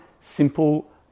simple